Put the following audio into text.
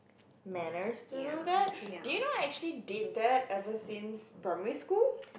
manners to do that did you know I actually did that ever since primary school